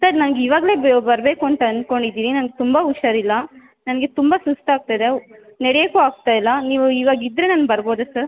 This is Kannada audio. ಸರ್ ನನಗೆ ಇವಾಗಲೇ ಬರಬೇಕು ಅಂತ ಅಂದ್ಕೊಂಡು ಇದ್ದೀನಿ ನನ್ಗೆ ತುಂಬ ಹುಷಾರಿಲ್ಲ ನನಗೆ ತುಂಬ ಸುಸ್ತಾಗ್ತಾಯಿದೆ ನಡೆಯೋಕ್ಕು ಆಗ್ತಾಯಿಲ್ಲ ನೀವು ಇವಾಗಿದ್ರೆ ನಾನು ಬರಬೋದು ಸರ್